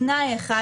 תנאי אחד,